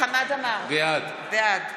חמד עמאר, בעד